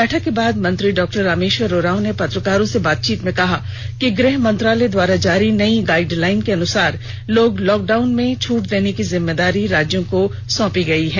बैठक के बाद मंत्री डॉ रामेश्वर उरांव ने पत्रकारों से बातचीत में कहा कि गृह मंत्रालय द्वारा जारी नई गाइडलाइन के अनुसार लोग लॉकडाउन में छूट देने की जिम्मेवारी राज्यों को सौंपी गई है